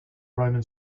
roman